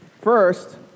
First